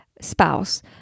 spouse